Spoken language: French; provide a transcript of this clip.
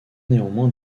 néanmoins